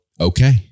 okay